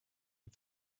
den